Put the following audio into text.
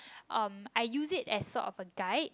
um I use it as sort of a guide